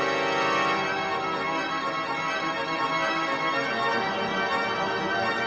are